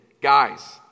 Guys